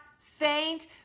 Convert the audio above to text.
faint